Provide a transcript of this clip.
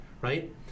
right